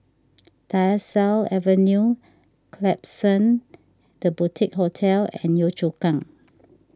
Tyersall Avenue Klapsons the Boutique Hotel and Yio Chu Kang